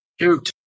Shoot